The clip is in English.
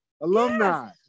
Alumni